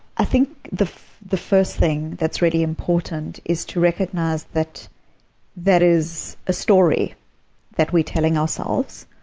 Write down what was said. i think the the first thing that's really important is to recognize that that is a story that we're telling ourselves.